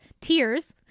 tears